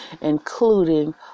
including